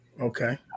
Okay